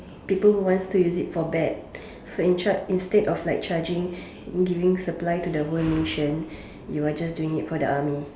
people who wants to use it for bad for in charge for instead of like charging giving supply to the whole nation you are just doing it for the army